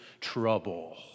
trouble